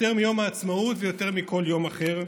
יותר מיום העצמאות ויותר מכל יום אחר.